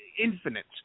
infinite